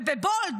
ובבולד,